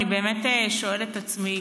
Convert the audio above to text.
אני באמת שואלת את עצמי,